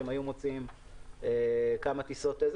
שהיו מוציאים כמה טיסות,